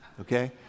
okay